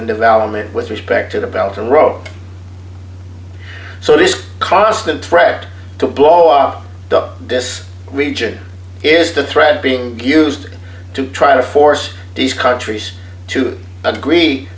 and development with respect to the belt and rope so this constant threat to blow up this region is the thread being used to try to force these countries to agree